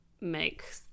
make